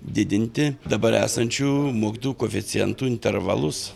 didinti dabar esančių mokytojų koeficientų intervalus